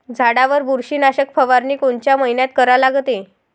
झाडावर बुरशीनाशक फवारनी कोनच्या मइन्यात करा लागते?